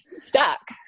stuck